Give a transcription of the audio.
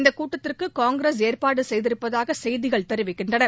இந்தக் கூட்டத்திற்கு காங்கிரஸ் ஏற்பாடு செய்திருப்பதாக செய்திகள் தெரிவிக்கின்றன